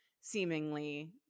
seemingly